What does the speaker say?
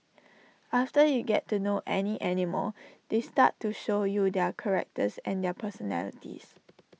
after you get to know any animal they start to show you their characters and their personalities